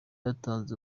yatanze